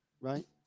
Right